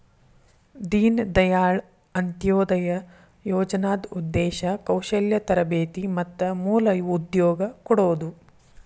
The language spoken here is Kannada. ದೇನ ದಾಯಾಳ್ ಅಂತ್ಯೊದಯ ಯೋಜನಾದ್ ಉದ್ದೇಶ ಕೌಶಲ್ಯ ತರಬೇತಿ ಮತ್ತ ಮೂಲ ಉದ್ಯೋಗ ಕೊಡೋದು